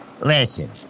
Listen